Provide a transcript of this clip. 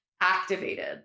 activated